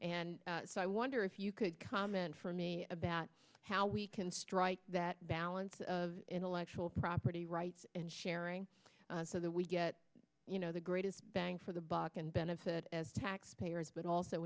and so i wonder if you could comment for me about how we can strike that balance of intellectual property rights and sharing so that we get you know the greatest bang for the buck and benefit as taxpayers but also